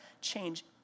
change